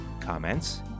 Comments